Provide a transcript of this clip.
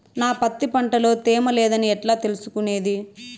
నా పత్తి పంట లో తేమ లేదని ఎట్లా తెలుసుకునేది?